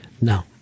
No